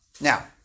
Now